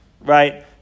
right